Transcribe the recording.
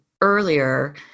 earlier